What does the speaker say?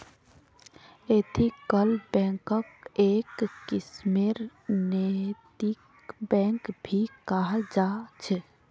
ethical बैंकक् एक किस्मेर नैतिक बैंक भी कहाल जा छे